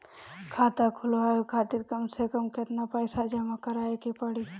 खाता खुलवाये खातिर कम से कम केतना पईसा जमा काराये के पड़ी?